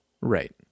Right